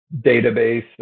database